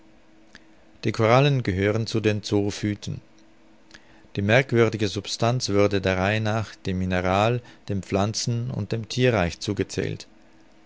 die korallen gehören zu den zoophyten die merkwürdige substanz wurde der reihe nach dem mineral dem pflanzen und dem thierreich zugezählt